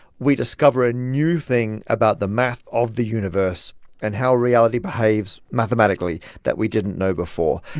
we discover a new thing about the math of the universe and how reality behaves mathematically that we didn't know before.